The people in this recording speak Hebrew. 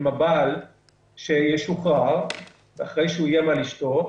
עם הבעל שישוחרר אחרי שהוא איים על אשתו,